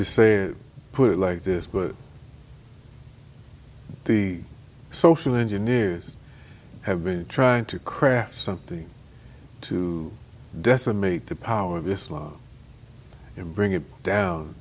to say it put it like this but the social engineers have been trying to craft something to decimate the power of islam and bring it down